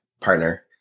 partner